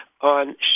on